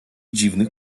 dziwnych